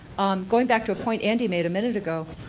going back to a point andy made a minute ago,